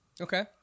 Okay